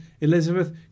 Elizabeth